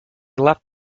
left